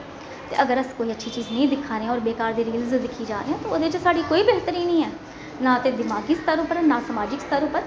अगर अस कोई अच्छी चीज नेईं दिक्खा दे होर बेकार दी रीलस दिक्खी जारदे आं ते ओहदे च साढ़े कोई बेह्तरी नेईं ऐ ना ते दिमागी स्तर उप्पर ना समाजक स्तर उप्पर